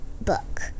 book